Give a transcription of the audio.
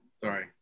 sorry